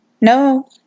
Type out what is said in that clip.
No